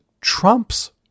Trump's